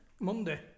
Monday